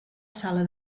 sala